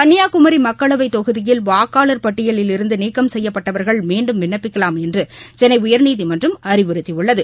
கன்னியாகுமரி மக்களவைத் தொகுதியில் வாக்காளர் பட்டியலிலிருந்து நீக்கம் செய்யப்பட்டவர்கள் மீண்டும் விண்ணப்பிக்கலாம் என்று சென்னை உயா்நீதிமன்றம் அறிவுறுத்தியுள்ளது